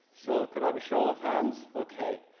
so could i have a show of hands? okay.